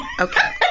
Okay